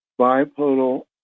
bipodal